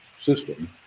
system